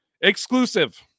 Exclusive